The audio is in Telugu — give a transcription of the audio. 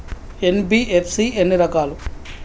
ఎన్.బి.ఎఫ్.సి ఎన్ని రకాలు?